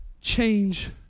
change